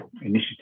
initiative